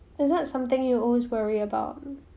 is that something you always worry about